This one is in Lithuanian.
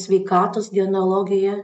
sveikatos genealogija